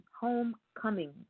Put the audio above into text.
Homecoming